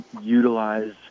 utilize